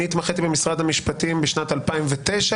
אני התמחיתי במשרד המשפטים בשנת 2009,